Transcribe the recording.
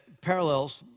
parallels